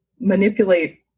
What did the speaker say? manipulate